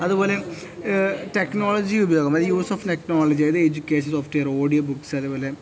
അതുപോലെ ടെക്നോളജി ഉപയോഗം അതായത് യൂസ് ഓഫ് ടെക്നോളജി അതായത് എജ്യുക്കേഷൻ സോഫ്റ്റ്വെയര് ഓഡിയ ബുക്ക്സ് അതേപോലെ